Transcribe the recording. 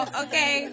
okay